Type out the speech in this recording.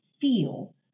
feel